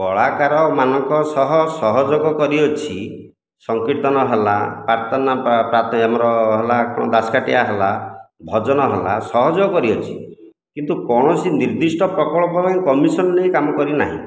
କଳାକାରମାନଙ୍କ ସହ ସହଯୋଗ କରିଅଛି ସଂକୀର୍ତ୍ତନ ହେଲା ପ୍ରାତନା ଆମର ହେଲା କଣ ଦଶକାଠିଆ ହେଲା ଭଜନ ହେଲା ସହଯୋଗ କରିଅଛି କିନ୍ତୁ କୌଣସି ନିର୍ଦ୍ଧିଷ୍ଟ ପ୍ରକଳ୍ପ ପାଇଁ କମିଶନ୍ ନେଇ କାମ କରିନାହିଁ